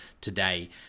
today